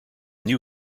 new